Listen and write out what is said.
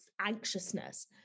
anxiousness